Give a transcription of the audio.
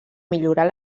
millorar